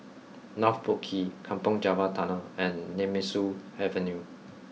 North Boat Quay Kampong Java Tunnel and Nemesu Avenue